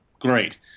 great